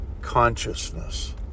consciousness